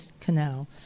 Canal